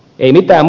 ei mitään